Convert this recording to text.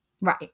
Right